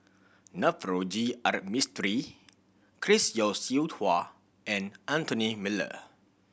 Navroji R Mistri Chris Yeo Siew Hua and Anthony Miller